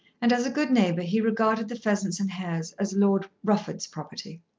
and, as a good neighbour, he regarded the pheasants and hares as lord rufford's property.